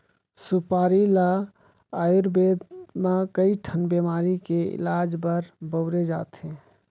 सुपारी ल आयुरबेद म कइ ठन बेमारी के इलाज बर बउरे जाथे